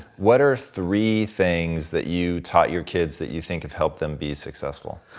what are three things that you taught your kids that you think have helped them be successful?